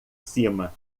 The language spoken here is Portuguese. cima